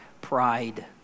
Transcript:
pride